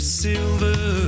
silver